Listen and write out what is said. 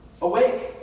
Awake